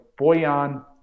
Boyan